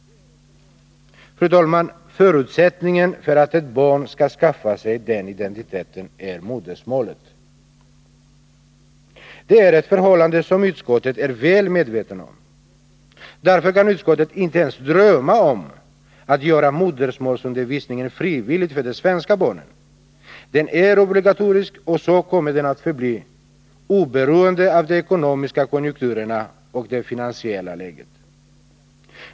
Fru talman! Förutsättningen för att ett barn skall skaffa sig den identiteten är modersmålet. Det är ett förhållande som utskottet är väl medvetet om. Därför kan utskottet inte ens drömma om att göra modersmålsundervisningen frivillig för de svenska barnen — den är obligatorisk, och så kommer den att förbli, oberoende av de ekonomiska konjunkturerna och det finansiella läget.